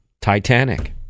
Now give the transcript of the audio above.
titanic